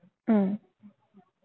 mm